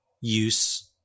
use